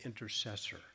intercessor